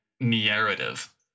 narrative